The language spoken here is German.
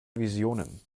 visionen